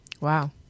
Wow